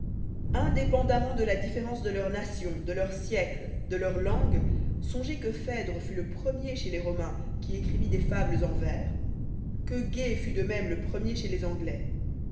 dépendamment de la différence de leur nation de leur siècle de leur langue songez que phèdre fut le premier chez les romains qui écrivit des fables en vers que gay fut de même le prérnier chez lés anglais